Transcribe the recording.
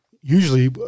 Usually